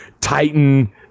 Titan